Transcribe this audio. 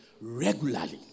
regularly